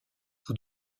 vous